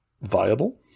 viable